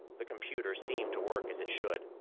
the computer seemed to work as it should.